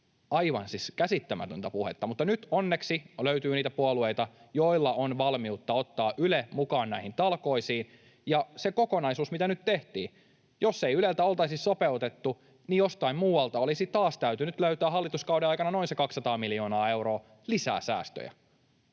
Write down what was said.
Aivan siis käsittämätöntä puhetta, mutta nyt onneksi löytyy niitä puolueita, joilla on valmiutta ottaa Yle mukaan näihin talkoisiin ja tehdä se kokonaisuus, mitä nyt tehtiin — jos ei Yleltä oltaisi sopeutettu, niin jostain muualta olisi taas täytynyt löytää hallituskauden aikana noin se 200 miljoonaa euroa lisää säästöjä.